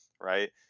Right